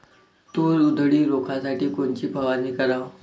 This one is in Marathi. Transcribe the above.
तूर उधळी रोखासाठी कोनची फवारनी कराव?